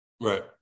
Right